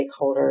stakeholders